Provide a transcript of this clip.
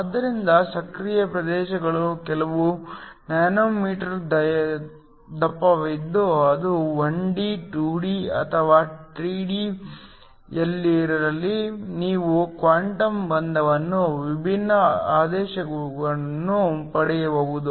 ಆದ್ದರಿಂದ ಸಕ್ರಿಯ ಪ್ರದೇಶಗಳು ಕೆಲವೇ ನ್ಯಾನೊಮೀಟರ್ ದಪ್ಪವಿದ್ದು ಅದು 1D 2D ಅಥವಾ 3D ಯಲ್ಲಿರಲಿ ನೀವು ಕ್ವಾಂಟಮ್ ಬಂಧನದ ವಿಭಿನ್ನ ಆದೇಶಗಳನ್ನು ಪಡೆಯಬಹುದು